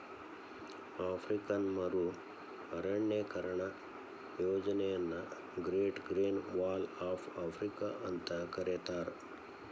African ಮರು ಅರಣ್ಯೇಕರಣ ಯೋಜನೆಯನ್ನ great green wall of Africa ಅಂತ ಕರೇತಾರ